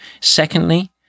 Secondly